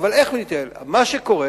שקורה